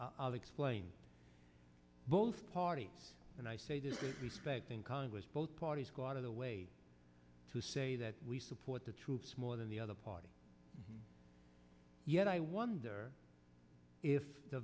i'll explain both parties and i say that respect in congress both parties go out of the way to say that we support the troops more than the other party yet i wonder if the